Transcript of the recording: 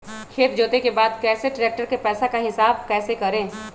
खेत जोते के बाद कैसे ट्रैक्टर के पैसा का हिसाब कैसे करें?